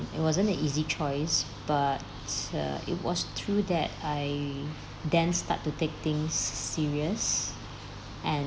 it wasn't an easy choice but uh it was through that I then start to take things serious and